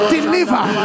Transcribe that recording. Deliver